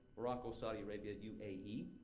morocco, saudi arabia, u a e.